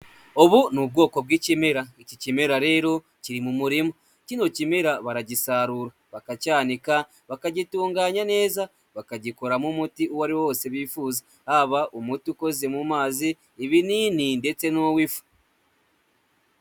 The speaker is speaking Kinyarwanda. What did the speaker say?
Ubu ni ubwoko bw'ikimera iki kimera rero kiri mu murima, kino kimera baragisarura, bakacyanika, bakagitunganya neza, bakagikoramo umuti uwo ariwo wose bifuza, haba umuti ukoze mu mazi, ibinini ndetse n'uw'ifu.